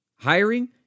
Hiring